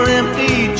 empty